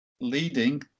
leading